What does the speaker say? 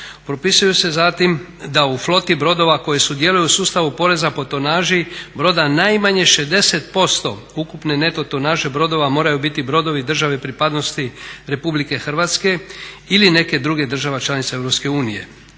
Propisuje se zatim da u floti brodova koji sudjeluju u sustavu poreza po tonaži broda najmanje 60% ukupne neto tonaže brodova moraju biti brodove države pripadnosti RH ili neke druge države članice EU.